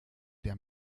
der